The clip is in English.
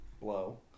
blow